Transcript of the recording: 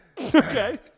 Okay